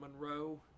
Monroe